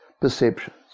perceptions